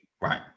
right